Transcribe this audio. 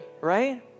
right